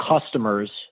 customers